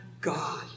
God